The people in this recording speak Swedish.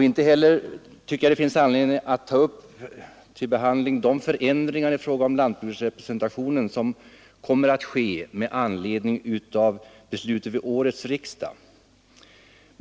Inte heller tycker jag att det finns anledning att ta upp till behandling de förändringar i lantbruksrepresentationen som kommer att ske med anledning av beslut vid årets riksdag.